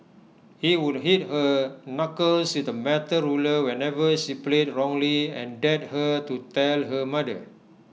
he would hit her knuckles with A metal ruler whenever she played wrongly and dared her to tell her mother